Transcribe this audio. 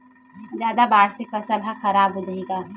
जादा बाढ़ से फसल ह खराब हो जाहि का?